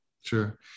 Sure